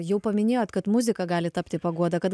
jau paminėjot kad muzika gali tapti paguoda kad